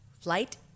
Flight